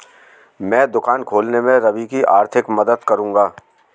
मैं दुकान खोलने में रवि की आर्थिक मदद करूंगा